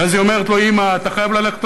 ואז אומרת לו, האימא: "אתה חייב ללכת לבית-הספר,